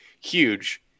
huge